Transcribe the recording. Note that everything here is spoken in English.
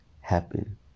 happen